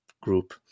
group